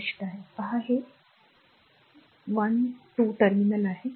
ही गोष्ट आहे पहा हे 1 2 टर्मिनल आहे